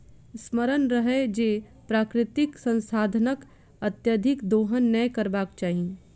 स्मरण रहय जे प्राकृतिक संसाधनक अत्यधिक दोहन नै करबाक चाहि